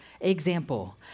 example